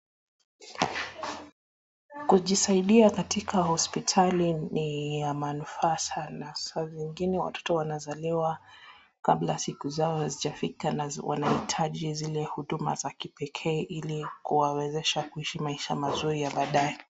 Kujisaida katika hospitali ni ya manufaa sana. Saa zingine watoto wanazaliwa kabla siku zao hazijafika na wanahitaji zile huduma za kipekee ili kuwawezesha kusihi maisha mazuri ya badae.